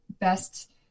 best